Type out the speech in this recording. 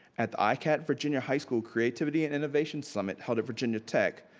at the icat virginia high school, creativity and innovation summit held at virginia tech,